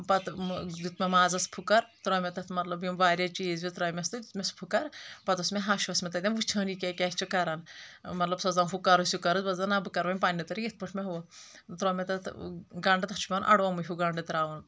پتہٕ دیُت مےٚ مازس پھُکر تروو مےٚ مطلب تتھ یِم واریاہ چیٖز ویٖز ترٲیمس تہٕ دیُتمَس پھُکر پتہٕ ٲس مےٚ ہش ٲس مےٚ تتٮ۪ن وٕچھان یہِ کیاہ کیاہ چھ کران مطلب سۄ ٲس دپان ہُہ کرُس یہِ کرُ بہٕ ٲسس دپان نہ بہٕ کرٕ وۄنۍ پننہِ طٔریٖقہٕ یتھ پٲٹھۍ مےٚ ہُہ تروو مےٚ تتھ گنٛڈٕ تتھ چھُ پٮ۪وان اڑاومٕے ہیٚو گنٛڈٕ تراوُن